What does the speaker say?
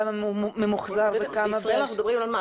כמה ממוחזר וכמה --- בישראל מדברים על מה?